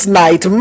night